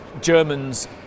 Germans